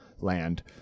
land